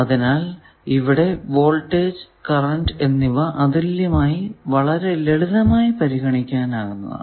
അതിനാൽ ഇവിടെ voltage current എന്നിവ യുണിക് വളരെ ലളിതമായി പരിഗണിക്കാനാകുന്നതാണ്